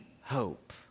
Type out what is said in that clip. hope